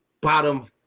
bottom